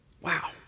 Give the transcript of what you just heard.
Wow